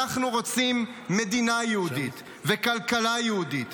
אנחנו רוצים מדינה יהודית וכלכלה יהודית